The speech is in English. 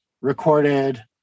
recorded